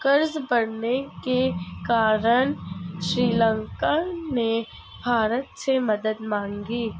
कर्ज बढ़ने के कारण श्रीलंका ने भारत से मदद मांगी